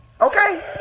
okay